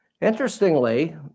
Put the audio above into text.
Interestingly